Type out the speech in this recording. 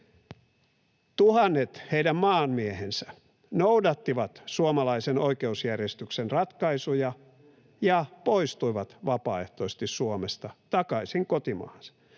Tuhannet heidän maanmiehensä noudattivat suomalaisen oikeusjärjestyksen ratkaisuja ja poistuivat vapaaehtoisesti Suomesta takaisin kotimaahansa.